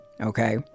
Okay